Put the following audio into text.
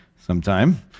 sometime